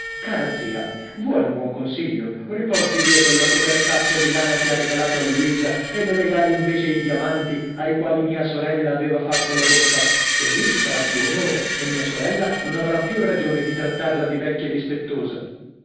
cara zia vuole un buon consiglio riporti via quella copertaccia di lana che ha regalato a luisa e le regali invece i diamanti ai quali mia sorella aveva fatto la bocca così si farà più onore e mia sorella non avrà più ragione di trattarla di vecchia dispettosa